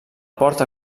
porta